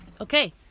Okay